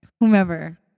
whomever